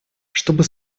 чтобы